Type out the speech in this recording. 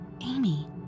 Amy